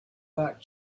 back